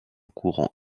courant